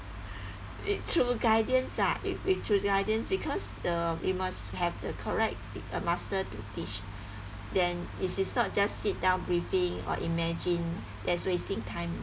it through guidance ah it through guidance because the we must have the correct uh master to teach then it is not just sit down breathing or imagine that's wasting time